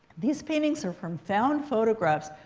these paintings are from found photographs.